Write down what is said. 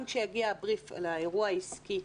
גם כשיגיע הבריף על האירוע העסקי,